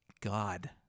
God